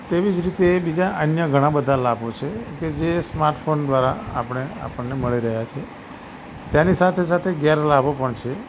તેવી જ રીતે બીજા અન્ય ઘણા બધા લાભો છે કે જે સ્માર્ટ ફોન દ્વારા આપણે આપણને મળી રહ્યા છે તેની સાથે સાથે ગેરલાભો પણ છે